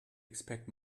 expect